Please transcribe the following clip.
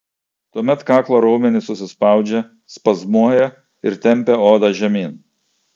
tuomet kaklo raumenys susispaudžia spazmuoja ir tempia odą žemyn